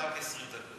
למה את רק 20 דקות?